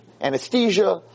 anesthesia